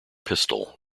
pistol